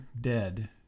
dead